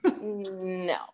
no